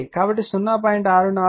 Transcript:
కాబట్టి 0